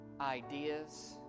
ideas